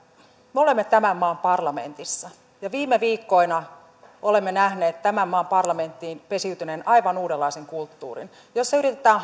me olemme tämän maan parlamentissa ja viime viikkoina olemme nähneet tämän maan parlamenttiin pesiytyneen aivan uudenlaisen kulttuurin jossa yritetään